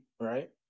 right